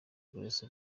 grace